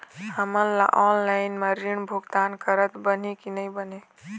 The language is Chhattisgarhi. हमन ला ऑनलाइन म ऋण भुगतान करत बनही की नई बने?